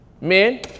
Men